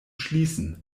schließen